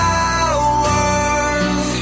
hours